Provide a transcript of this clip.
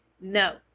No